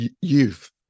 youth